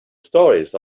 stories